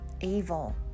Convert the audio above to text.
evil